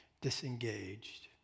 disengaged